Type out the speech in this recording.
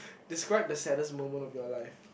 describe the saddest moment of your life